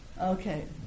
Okay